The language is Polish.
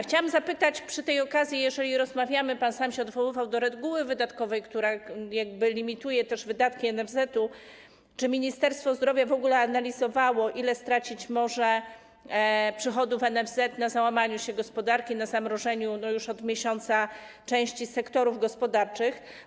Chciałabym zapytać przy tej okazji, jeżeli rozmawiamy, pan sam się odwoływał do reguły wydatkowej, która limituje też wydatki NFZ-u, czy Ministerstwo Zdrowia w ogóle analizowało, ile przychodu może stracić NFZ na załamaniu się gospodarki, na zamrożeniu już od miesiąca części sektorów gospodarczych.